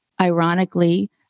ironically